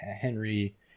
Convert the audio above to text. Henry